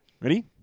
Ready